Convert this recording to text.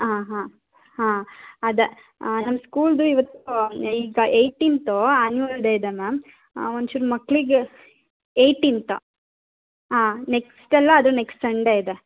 ಆಂ ಹಾಂ ಹಾಂ ಅದು ನಮ್ಮ ಸ್ಕೂಲ್ದು ಇವತ್ತು ಈಗ ಏಯ್ಟೀನ್ತು ಆ್ಯನ್ಯುಲ್ ಡೇ ಇದೆ ಮ್ಯಾಮ್ ಒಂಚೂರು ಮಕ್ಕಳಿಗೆ ಏಯ್ಟೀನ್ತ್ ಆಂ ನೆಕ್ಸ್ಟ್ ಅಲ್ಲ ಅದ್ರ ನೆಕ್ಸ್ಟ್ ಸಂಡೇ ಇದೆ